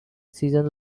season